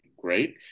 great